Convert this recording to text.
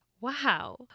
Wow